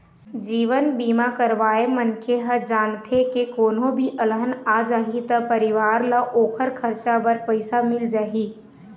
जीवन बीमा करवाए मनखे ह जानथे के कोनो भी अलहन आ जाही त परिवार ल ओखर खरचा बर पइसा मिल जाही